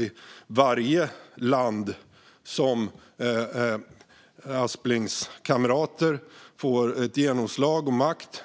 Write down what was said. I varje land där Asplings kamrater fått genomslag och makt